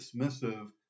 dismissive